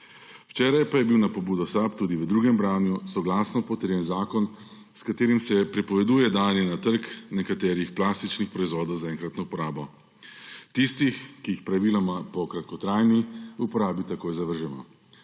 Včeraj pa je bil na pobudo SAB tudi v drugem branju soglasno potrjen zakon, s katerim se prepoveduje dajanje na trg nekatere plastične proizvode za enkratno uporabo, in sicer tiste, ki jih praviloma po kratkotrajni uporabi takoj zavržemo.